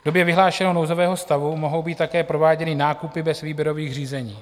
V době vyhlášeného nouzového stavu mohou být také prováděny nákupy bez výběrových řízení.